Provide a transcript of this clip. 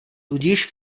tudíž